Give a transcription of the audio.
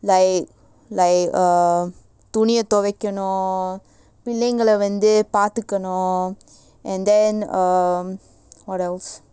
like like uh துணிய துவைக்கனும் பிள்ளைங்கள வந்து பாத்துக்கனும்:thuniya thuvaikanum pillaingala vanthu paathukanum and then um what else